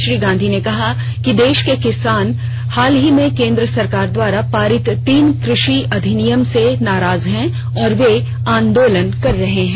श्री गांधी ने कहा कि देश के किसान हाल ही में केन्द्र सरकार द्वारा पारित तीन कृषि अधिनियम से नाराज हैं और वे आंदोलन कर रहे हैं